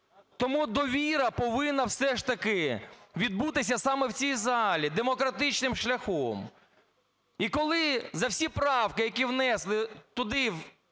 тому довіра повинна все ж таки відбутися саме в цій залі демократичним шляхом. І коли за всі правки, які внесли туди,